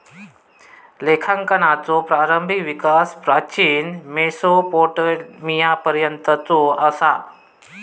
लेखांकनाचो प्रारंभिक विकास प्राचीन मेसोपोटेमियापर्यंतचो असा